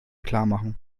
klarmachen